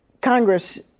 Congress